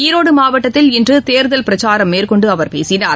ஈரோடு மாவட்டத்தில் இன்று தேர்தல் பிரச்சாரம் மேற்கொண்டு அவர் பேசினார்